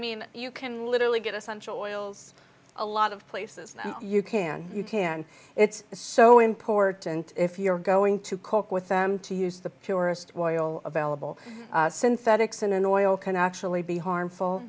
mean you can literally get us on shore oil a lot of places you can you can it's so important if you're going to cook with them to use the purest oil available synthetics in an oil can actually be harmful